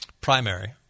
primary